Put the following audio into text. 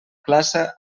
plaça